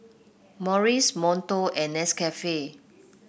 Morries Monto and Nescafe